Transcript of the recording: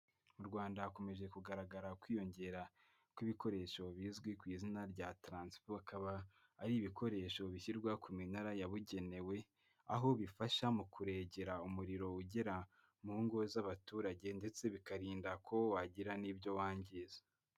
Mu rwanda hakomeje kugaragara kwiyongera kw'ibikoresho bizwi ku izina rya taransifo, akaba ari ibikoresho bishyirwa ku minara yabugenewe, aho bifasha mu kuregera umuriro ugera mu ngo z'abaturage ndetse bikarinda ko wagira n'ibyo wangiza.